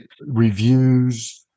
Reviews